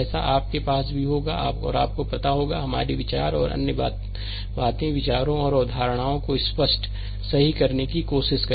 ऐसा आपके पास भी होगा और आपको पता होगा हमारे विचार और अन्य बातें विचारों और अवधारणाओं को स्पष्ट सही करने की कोशिश करेंगी